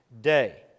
day